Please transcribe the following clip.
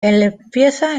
empieza